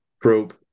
probe